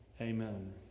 Amen